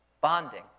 bonding